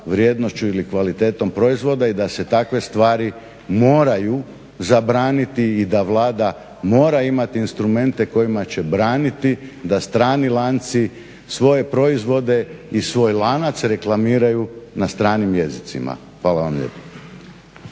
vrijednošću ili kvalitetom proizvoda i da se takve stvari moraju zabraniti i da Vlada mora imati instrumente kojima će braniti, da strani lanci da svoje proizvode i svoj lanac reklamiraju na stranim jezicima. Hvala vam lijepa.